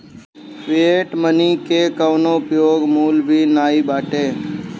fiat money के कवनो उपयोग मूल्य भी नाइ बाटे